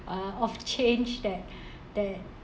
uh of change that that